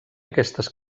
aquestes